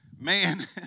Man